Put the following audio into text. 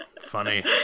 Funny